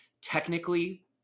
technically